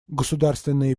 государственные